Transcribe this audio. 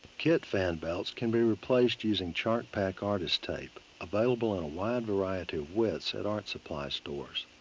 kit fan belts can be replaced using chartpak artist tape available in a wide variety of widths at art supply stores.